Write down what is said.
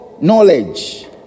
knowledge